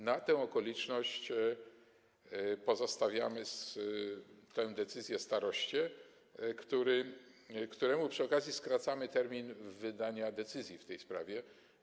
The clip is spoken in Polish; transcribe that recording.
Na tę okoliczność pozostawiamy tę decyzję staroście, któremu przy okazji skracamy termin wydania decyzji w tej sprawie.